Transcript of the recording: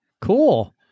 Cool